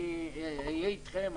אני אהיה איתכם,